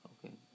Okay